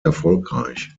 erfolgreich